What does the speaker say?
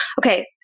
Okay